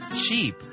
cheap